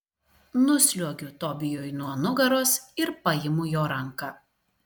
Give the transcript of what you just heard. nusliuogiu tobijui nuo nugaros ir paimu jo ranką